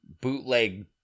bootleg